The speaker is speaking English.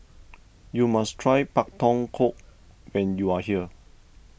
you must try Pak Thong Ko when you are here